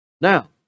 Now